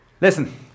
Listen